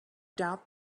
doubt